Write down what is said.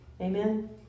Amen